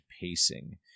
pacing